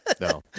No